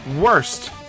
worst